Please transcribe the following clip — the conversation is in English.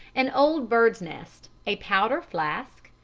an old bird's nest, a powder-flask,